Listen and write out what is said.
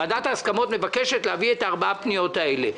ועדת ההסכמות מבקשת להביא את ארבע הפניות האלה.